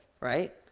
right